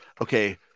okay